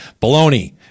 baloney